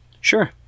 Sure